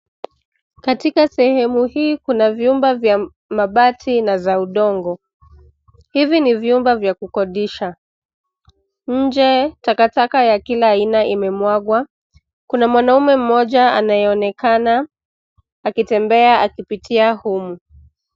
Katika sehemu hii kuna vyumba vya mabati na za udongo. Hivi ni vyumba vya kukodisha, nje taka taka ya kila aina imemwagwa. Kuna mwanamume mmoja anayeonekana akitembea akipitia humu.